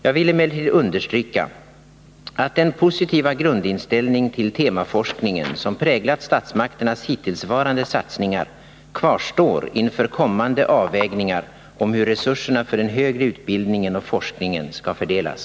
Jag vill emellertid understryka att den positiva grundinställning till temaforskningen som präglat statsmakternas hittillsvarande satsningar kvarstår inför kommande avvägningar om hur resurserna för den högre utbildningen och forskningen skall fördelas.